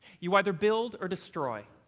you either build or destroy,